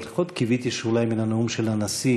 אבל לפחות קיוויתי שאולי מן הנאום של הנשיא